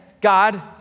God